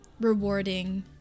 rewarding